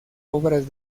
obras